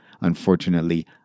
unfortunately